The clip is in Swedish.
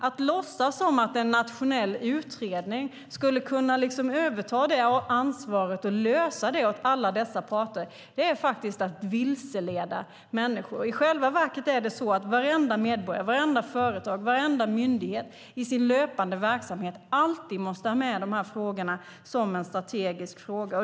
Att låtsas som om en nationell utredning skulle kunna överta ansvaret och lösa detta åt alla parter är faktiskt att vilseleda människor. I själva verket måste varenda medborgare, vartenda företag och varenda myndighet i sin verksamhet alltid ha med dessa frågor som är strategiskt viktiga.